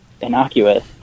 innocuous